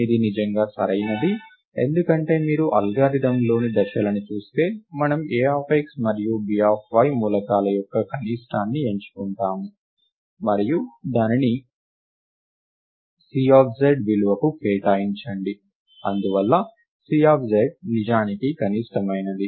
ఇది నిజంగా సరైనది ఎందుకంటే మీరు అల్గోరిథంలోని దశలను చూస్తే మనము Ax మరియు By మూలకాల యొక్క కనిష్టాన్ని ఎంచుకుంటాము మరియు దానిని Cz విలువకు కేటాయించండి అందువలన Cz నిజానికి కనిష్టమైనది